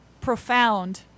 profound